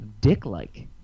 dick-like